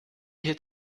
hit